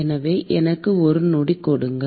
எனவே எனக்கு ஒரு நொடி கொடுங்கள்